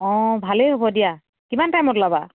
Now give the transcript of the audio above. অঁ ভালেই হ'ব দিয়া কিমান টাইমত ওলাবা